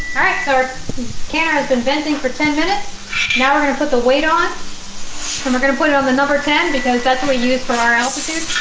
alright, so our canner has been venting for ten minutes now. we're going to put the weight on and we're going to put it on the number ten because that's what we use for our altitude